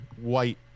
white